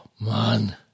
man